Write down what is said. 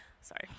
sorry